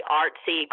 artsy